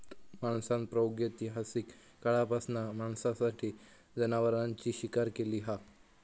माणसान प्रागैतिहासिक काळापासना मांसासाठी जनावरांची शिकार केली हा